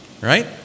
right